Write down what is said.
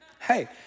Hey